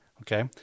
Okay